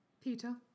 Peter